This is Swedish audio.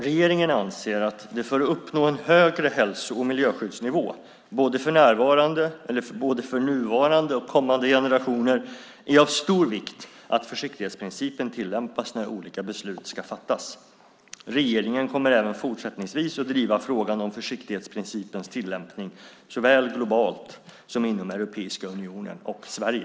Regeringen anser att det för att uppnå en högre hälso och miljöskyddsnivå både för nuvarande och kommande generationer är av stor vikt att försiktighetsprincipen tillämpas när olika beslut ska fattas. Regeringen kommer även fortsättningsvis att driva frågan om försiktighetsprincipens tillämpning såväl globalt som inom Europeiska unionen och i Sverige.